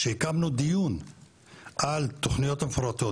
שקיימנו דיון על התוכניות המפורטות